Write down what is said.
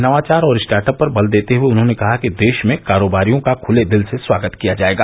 नवाचार और startup पर बल देते हुए उन्होंने कहा कि देश में कारोबारियों का खुले दिल से स्वागत किया जाएगा